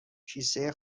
کیسه